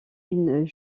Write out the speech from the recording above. une